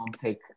take